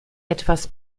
etwas